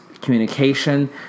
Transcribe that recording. communication